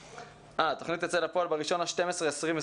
התוכנית תצא לפועל ב-1 בדצמבר 2020